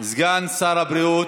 סגן שר הבריאות,